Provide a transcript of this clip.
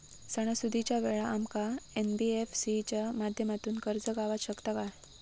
सणासुदीच्या वेळा आमका एन.बी.एफ.सी च्या माध्यमातून कर्ज गावात शकता काय?